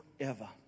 forever